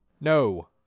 No